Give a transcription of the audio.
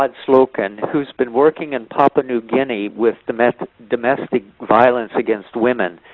ah slocum, who's been working in papua new guinea with domestic domestic violence against women.